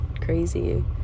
crazy